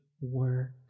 work